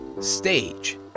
stage